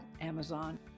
Amazon